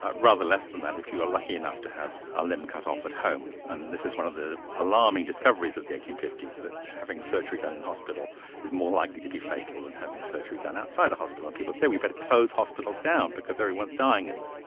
ah rather less than that if you were lucky enough to have a limb cut off at home. and this is one of the alarming discoveries of the eighteen fifty s, that having surgery done in hospital is more likely to be fatal than and having surgery done outside a hospital. and people say we'd better close hospitals down because everyone's dying in them.